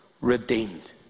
Redeemed